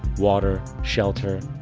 water, shelter.